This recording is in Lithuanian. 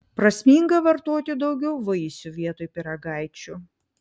prasminga vartoti daugiau vaisių vietoj pyragaičių